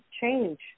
change